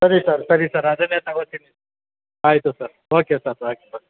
ಸರಿ ಸಾರ್ ಸರಿ ಸರ್ ಅದನ್ನೇ ತೊಗೋತೀನಿ ಆಯಿತು ಸರ್ ಓಕೆ ಸರ್ ಬಾಯ್ ಬಾಯ್